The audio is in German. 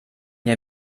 der